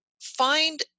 find